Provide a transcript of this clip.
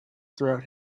throughout